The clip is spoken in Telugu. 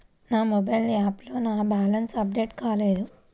నా మొబైల్ యాప్లో నా బ్యాలెన్స్ అప్డేట్ కాలేదు